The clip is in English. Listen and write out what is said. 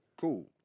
Cool